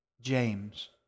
James